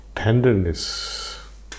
Tenderness